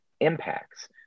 impacts